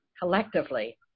collectively